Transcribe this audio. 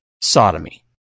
sodomy